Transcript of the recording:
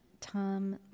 Tom